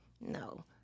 No